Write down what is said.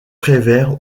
prévert